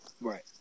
Right